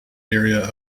area